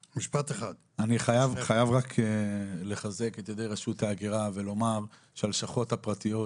אני חייב רק לחזק את ידי רשות ההגירה ולומר שהלשכות הפרטיות